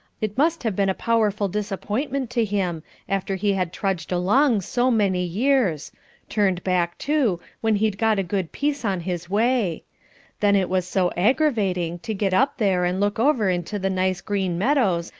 it must have been a powerful disappointment to him, after he had trudged along so many years turned back, too, when he'd got a good piece on his way then it was so aggravating, to get up there and look over into the nice green meadows,